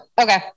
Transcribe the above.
okay